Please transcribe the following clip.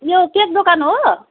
यो केक दोकान हो